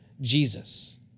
Jesus